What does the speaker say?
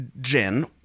Jen